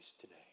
today